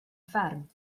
fferm